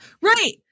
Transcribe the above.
right